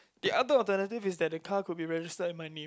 the other alternative is that the car could be registered in my name